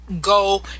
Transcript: go